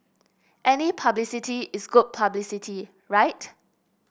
any publicity is good publicity right